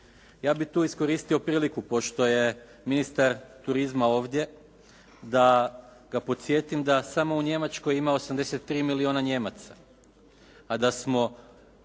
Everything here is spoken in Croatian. Ja bih tu iskoristio priliku, pošto je ministar turizma ovdje, da ga podsjetim da samo u Njemačkoj ima 83 milijuna Nijemaca, a da smo